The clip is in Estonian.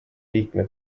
liikme